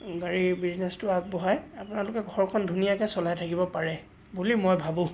গাড়ীৰ বিজনেছটো আগবঢ়ায় আপোনালোকে ঘৰখন ধুনীয়াকে চলাই থাকিব পাৰে বুলি মই ভাবোঁ